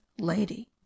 lady